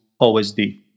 OSD